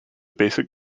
basic